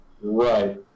Right